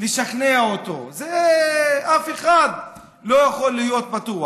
לשכנע אותו, בזה אף אחד לא יכול להיות בטוח.